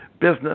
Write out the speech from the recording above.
Business